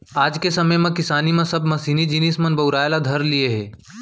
आज के समे के किसानी म सब मसीनी जिनिस मन बउराय ल धर लिये हें